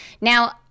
Now